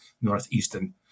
northeastern